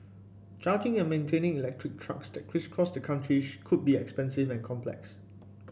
charging and maintaining electric trucks that crisscross the country could be expensive and complex